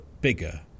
bigger